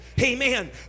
Amen